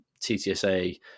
ttsa